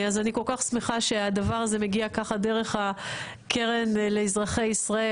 אז אני כל כך שמחה שהדבר הזה מגיע ככה דרך הקרן לאזרחי ישראל,